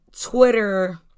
Twitter